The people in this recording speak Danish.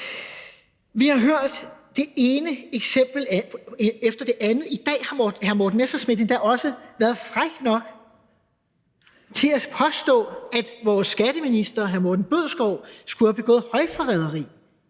Vi har hørt det ene eksempel efter det andet. I dag har hr. Morten Messerschmidt endda været fræk nok til at påstå, at vores skatteminister, hr. Morten Bødskov, skulle have begået højforræderi.